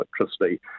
electricity